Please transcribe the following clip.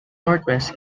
northwest